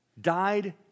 died